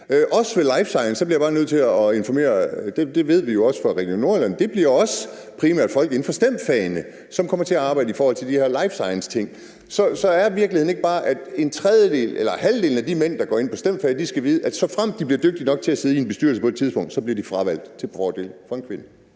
også life science. Vi ved jo også fra Region Nordjylland, at det bliver primært folk inden for STEM-fagene, som kommer til at arbejde i forhold til de her life science-ting. Så er virkeligheden ikke bare, at en tredjedel eller halvdelen af de mænd, der går på STEM-fagene, skal vide, at såfremt de på et tidspunkt bliver dygtige nok til at sidde i en bestyrelse, bliver de fravalgt til fordel for en kvinde?